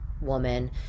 woman